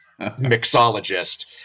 mixologist